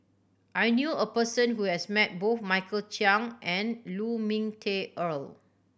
I knew a person who has met both Michael Chiang and Lu Ming Teh Earl